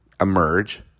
emerge